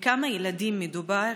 2. בכמה ילדים מדובר?